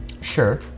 Sure